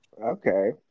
okay